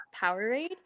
Powerade